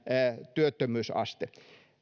työttömyysaste